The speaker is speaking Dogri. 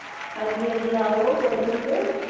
हां जी हां जी कोलै तुस